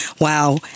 Wow